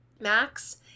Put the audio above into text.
max